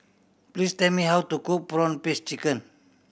please tell me how to cook prawn paste chicken